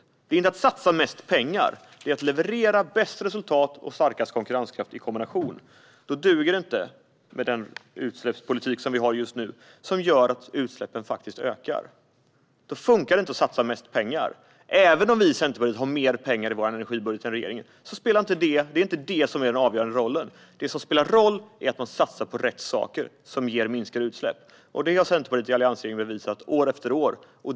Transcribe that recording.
Det handlar inte om att satsa mest pengar, utan det handlar om att leverera bäst resultat och starkast konkurrenskraft i kombination. Då duger inte den utsläppspolitik vi har just nu som gör att utsläppen ökar. Då funkar det inte att satsa mest pengar. Även om vi i Centerpartiet har mer pengar i vår energibudget än regeringen är det inte det som är den avgörande rollen. Det som spelar roll är att man satsar på rätt saker som ger minskade utsläpp. Det har Centerpartiet i alliansregeringen bevisat år efter år.